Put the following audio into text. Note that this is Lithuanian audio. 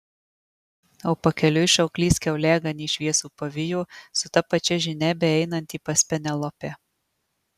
o pakeliui šauklys kiauliaganį šviesų pavijo su ta pačia žinia beeinantį pas penelopę